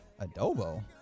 Adobo